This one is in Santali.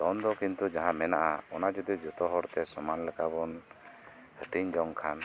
ᱫᱷᱚᱱ ᱫᱚ ᱠᱤᱱᱛᱩ ᱡᱟᱦᱟᱸ ᱢᱮᱱᱟᱜᱼᱟ ᱡᱚᱫᱤ ᱡᱚᱛᱚ ᱦᱚᱲᱛᱮ ᱥᱚᱢᱟᱱ ᱞᱮᱠᱟᱵᱩᱱ ᱦᱟᱹᱴᱤᱧ ᱡᱚᱝᱠᱷᱟᱱ